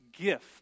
gift